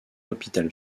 hôpital